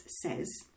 says